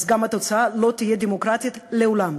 אז גם התוצאה לא תהיה דמוקרטית לעולם.